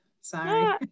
sorry